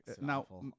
Now